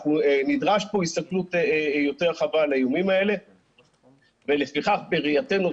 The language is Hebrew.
אנחנו נדרשנו להסתכלות יותר רחבה על האיומים האלה ולפיכך בראייתנו,